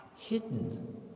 hidden